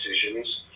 decisions